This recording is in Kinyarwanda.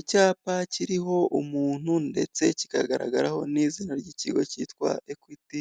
Icyapa kiriho umuntu ndetse kikagaragaraho n'izina ry'ikigo kitwa Equity,